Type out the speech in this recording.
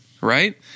right